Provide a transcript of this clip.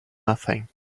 nothing